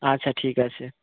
আচ্ছা ঠিক আছে